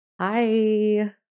Hi